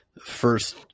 first